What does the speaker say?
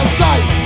sight